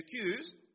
accused